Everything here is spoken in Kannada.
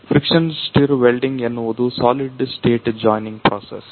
ಫ್ರಿಕ್ಷನ್ ಸ್ಟಿರ್ ವೆಲ್ಡಿಂಗ್ ಎನ್ನುವುದು ಸಾಲಿಡ್ ಸ್ಟೇಟ್ ಜೋಯಿನಿಂಗ್ ಪ್ರೋಸಸ್